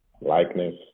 likeness